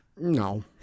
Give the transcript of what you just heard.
No